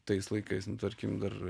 tais laikais nu tarkim dar